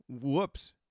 whoops